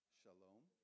shalom